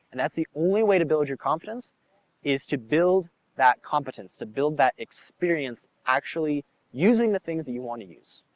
and that's the only way to build your confidence is to build that competence, to build that experience actually using the things that you want to use.